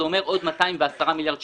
שזה אומר עוד 210 מיליארד שקל.